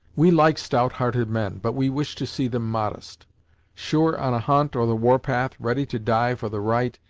we like stout-hearted men, but we wish to see them modest sure on a hunt, or the war-path, ready to die for the right,